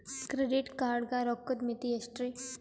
Credit card ಗ ರೋಕ್ಕದ್ ಮಿತಿ ಎಷ್ಟ್ರಿ?